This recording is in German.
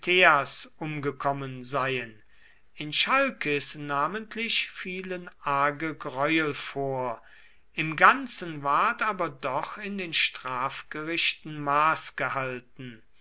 umgekommen seien in chalkis namentlich fielen arge greuel vor im ganzen ward aber doch in den strafgerichten maß gehalten